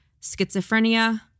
schizophrenia